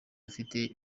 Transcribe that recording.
afite